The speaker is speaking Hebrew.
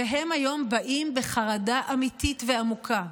והם היום באים בחרדה אמיתית ועמוקה.